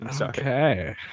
Okay